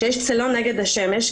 כשיש צילון נגד השמש,